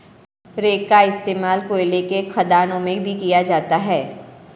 rake का इश्तेमाल कोयले के खदानों में भी किया जाता है